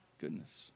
goodness